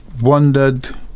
wondered